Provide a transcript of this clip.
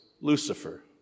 Lucifer